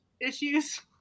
issues